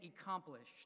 accomplished